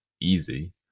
easy